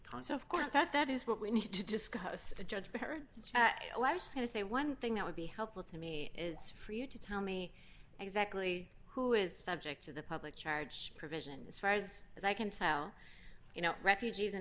cons of course that that is what we need to discuss a judge parents have to say one thing that would be helpful to me is for you to tell me exactly who is subject to the public charge provision as far as i can tell you know refugees and